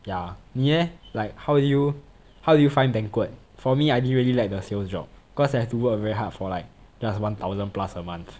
ya 你 leh like how did you how did you find banquet for me I didn't really like the sales job cause you have to work very hard for like just one thousand plus a month